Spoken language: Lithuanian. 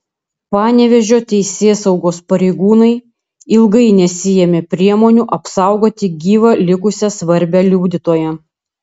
panevėžio teisėsaugos pareigūnai ilgai nesiėmė priemonių apsaugoti gyvą likusią svarbią liudytoją